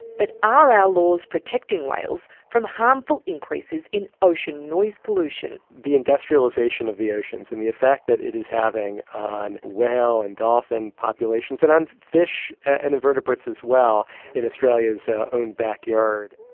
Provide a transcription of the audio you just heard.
but are our laws protecting whales from harmful increases in ocean noise pollution? the industrialisation of the oceans and the effect that it is having on whale and dolphin populations and on fish and invertebrates as well in australia's own backyard.